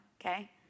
okay